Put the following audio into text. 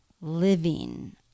living